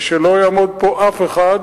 ושלא יעמוד פה אף אחד,